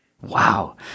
Wow